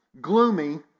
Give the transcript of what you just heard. gloomy